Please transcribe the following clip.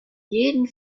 jeden